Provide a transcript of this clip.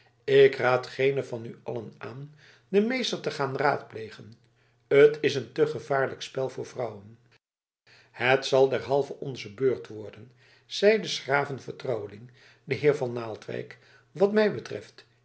ik raad geene van u allen aan den meester te gaan raadplegen het is een te gevaarlijk spel voor vrouwen het zal derhalve onze beurt worden zeide s graven vertrouweling de heer van naaldwijk wat mij betreft